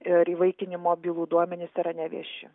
ir įvaikinimo bylų duomenys yra nevieši